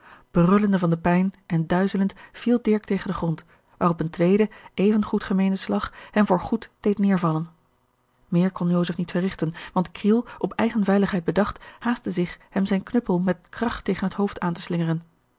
brullende van de pijn en duizelend viel dirk tegen den grond waarop een tweede even goed gemeende slag hem voor goed deed neêrvallen meer kon joseph niet verrigten want kriel op eigen veiligheid bedacht haastte zich hem zijn knuppel met kracht tegen het hoofd aan te slingeren